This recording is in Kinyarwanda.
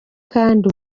kandi